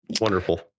Wonderful